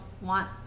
want